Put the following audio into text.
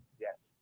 Yes